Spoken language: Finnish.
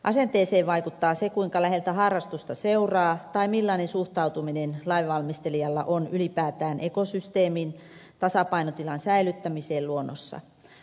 asenteeseen vaikuttaa se kuinka läheltä harrastusta seuraa tai millainen suhtautuminen lainvalmistelijalla on ylipäätään ekosysteemin tasapainotilan säilyttämiseen luonnossa